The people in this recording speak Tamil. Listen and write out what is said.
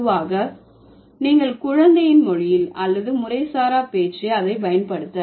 பொதுவாக நீங்கள் குழந்தையின் மொழியில் அல்லது முறைசாரா பேச்சு அதை பயன்படுத்த